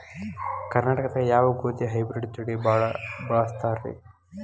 ಕರ್ನಾಟಕದಾಗ ಯಾವ ಗೋಧಿ ಹೈಬ್ರಿಡ್ ತಳಿ ಭಾಳ ಬಳಸ್ತಾರ ರೇ?